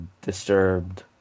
Disturbed